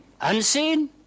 unseen